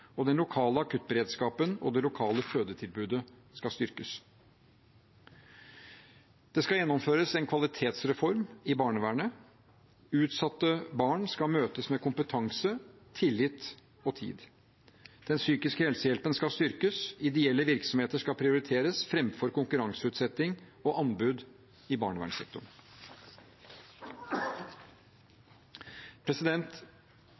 og den lokale akuttberedskapen og det lokale fødetilbudet skal styrkes. Det skal gjennomføres en kvalitetsreform i barnevernet. Utsatte barn skal møtes med kompetanse, tillit og tid. Den psykiske helsehjelpen skal styrkes. Ideelle virksomheter skal prioriteres framfor konkurranseutsetting og anbud i barnevernssektoren.